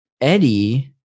Eddie